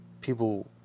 people